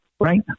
Right